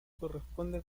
corresponde